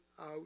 out